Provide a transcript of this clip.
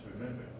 remember